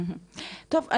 טוב,